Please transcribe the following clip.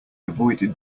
avoided